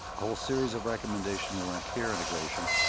whole series of recommendations around care integration.